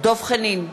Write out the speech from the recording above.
דב חנין,